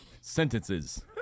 Sentences